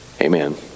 Amen